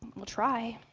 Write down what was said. we'll try.